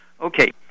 Okay